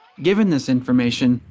given this information,